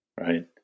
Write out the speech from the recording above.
right